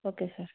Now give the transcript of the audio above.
okay sir